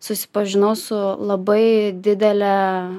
susipažinau su labai didele